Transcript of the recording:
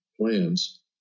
plans